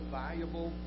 valuable